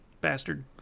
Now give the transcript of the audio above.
bastard